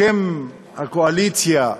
בשם הקואליציה,